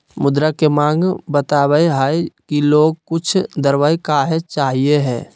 मुद्रा के माँग बतवय हइ कि लोग कुछ द्रव्य काहे चाहइ हइ